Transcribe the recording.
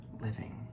living